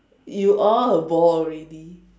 you are a ball already